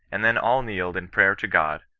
and then all kneeled in prayer to god,